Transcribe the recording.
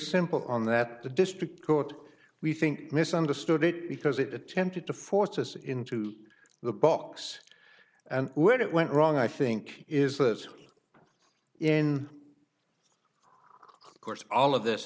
simple on that the district court we think misunderstood it because it attempted to force us into the box and where it went wrong i think is that in course all of this